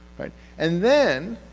and then,